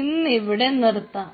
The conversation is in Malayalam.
ഇന്നിവിടെ നിർത്താം